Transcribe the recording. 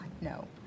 no